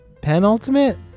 penultimate